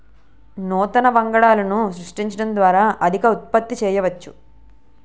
నూతన వంగడాలను సృష్టించడం ద్వారా అధిక ఉత్పత్తి చేయవచ్చు